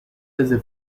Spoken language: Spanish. desde